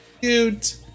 Cute